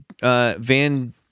Van